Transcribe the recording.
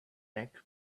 neck